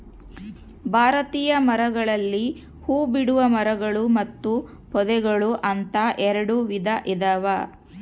ಭಾರತೀಯ ಮರಗಳಲ್ಲಿ ಹೂಬಿಡುವ ಮರಗಳು ಮತ್ತು ಪೊದೆಗಳು ಅಂತ ಎರೆಡು ವಿಧ ಇದಾವ